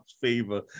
favor